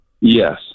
Yes